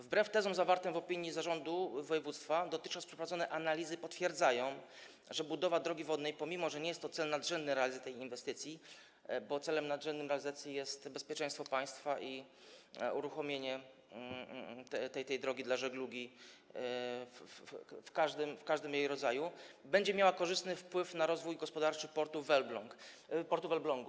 Wbrew tezom zawartym w opinii zarządu województwa dotychczas przeprowadzone analizy potwierdzają, że budowa drogi wodnej, pomimo że nie jest to cel nadrzędny realizacji tej inwestycji, bo celem nadrzędnym realizacji jest bezpieczeństwo państwa i uruchomienie tej drogi dla żeglugi w każdym jej rodzaju, będzie miała korzystny wpływ na rozwój gospodarczy portu w Elblągu.